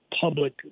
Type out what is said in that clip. public